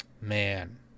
Man